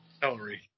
celery